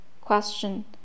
Question